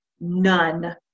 none